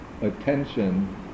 attention